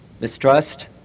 mistrust